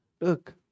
Look